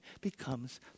becomes